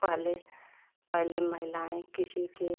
पहेले पहले महिलाएँ किसी के